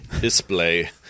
display